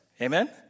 Amen